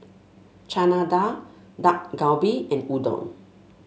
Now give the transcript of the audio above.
Chana Dal Dak Galbi and Udon